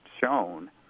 shown